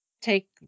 take